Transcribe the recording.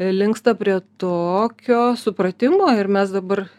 linksta prie tokio supratimo ir mes dabar